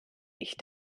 ich